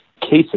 cases